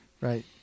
Right